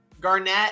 Garnett